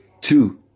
two